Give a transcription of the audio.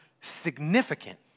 significant